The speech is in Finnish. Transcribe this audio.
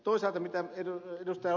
toisaalta kun ed